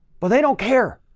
but they don't care.